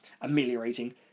ameliorating